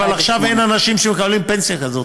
אבל עכשיו אין אנשים שמקבלים פנסיה כזאת,